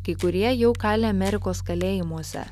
kai kurie jau kali amerikos kalėjimuose